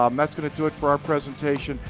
um that's going to do it for our presentation.